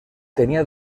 tenía